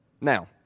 Now